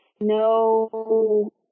no